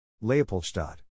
Leopoldstadt